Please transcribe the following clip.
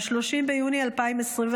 30 ביוני 2025,